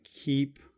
keep